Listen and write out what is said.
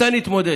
מתי נתמודד?